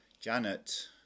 Janet